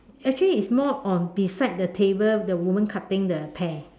actually it's more on beside the table with the woman cutting the pear